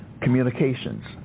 communications